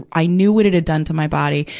i knew what it had done to my body.